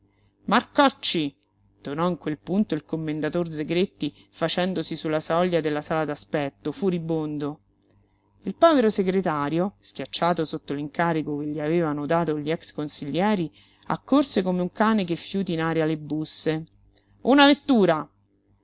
marcocci tonò in quel punto il commendator zegretti facendosi su la soglia della sala d'aspetto furibondo il povero segretario schiacciato sotto l'incarico che gli avevano dato gli ex-consiglieri accorse come un cane che fiuti in aria le busse una vettura